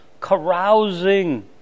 carousing